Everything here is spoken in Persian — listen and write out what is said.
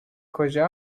کجا